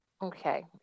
Okay